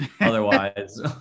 otherwise